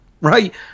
Right